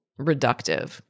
reductive